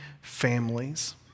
families